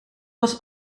was